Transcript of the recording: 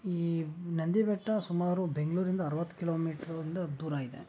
ಈ ನಂದಿ ಬೆಟ್ಟ ಸುಮಾರು ಬೆಂಗಳೂರಿಂದ ಅರವತ್ತು ಕಿಲೋಮೀಟ್ರು ಒಂದು ದೂರ ಇದೆ